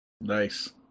Nice